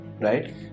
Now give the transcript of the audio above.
Right